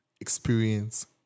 experience